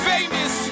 Famous